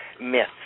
myths